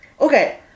okay